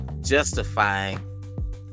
justifying